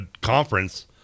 conference